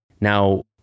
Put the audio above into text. Now